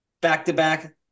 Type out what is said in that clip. Back-to-back